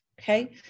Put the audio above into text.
okay